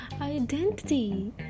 identity